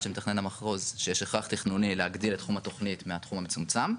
של מתכנן המחוז שיש הכרח תכנוני להגדיל את תחום התוכנית מהתחום המצומצם.